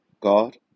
God